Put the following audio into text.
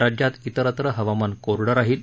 राज्यात इतरत्र हवामान कोरडं राहील